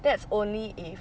that's only if